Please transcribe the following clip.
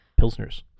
Pilsners